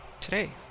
today